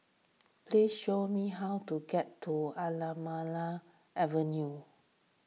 please show me how to get to Anamalai Avenue